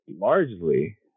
largely